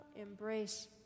embrace